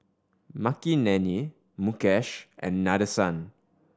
Makineni Mukesh and Nadesan